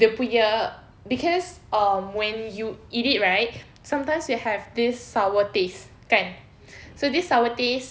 dia punya cause um when you eat it right sometimes you have this sour taste kan so this sour taste